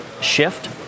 shift